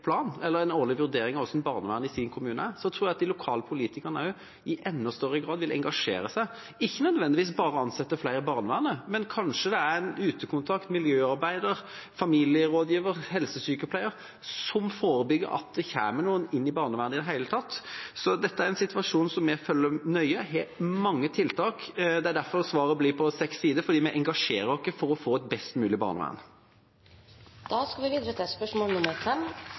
vurdering av hvordan barnevernet er i egen kommune, vil føre til at de lokale politikerne også i enda større grad vil engasjere seg, og ikke nødvendigvis bare ansette flere i barnevernet, men kanskje en utekontakt, miljøarbeider, familierådgiver eller en helsesykepleier, som forebygger at det kommer noen inn under barnevernet i det hele tatt. Dette er en situasjon som vi følger nøye. Vi har mange tiltak. Det er derfor svaret blir på seks sider, fordi vi engasjerer oss for å få et best mulig